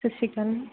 ਸਤਿ ਸ਼੍ਰੀ ਅਕਾਲ